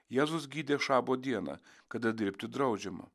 jėzus gydė šabo dieną kada dirbti draudžiama